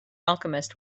alchemist